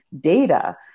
data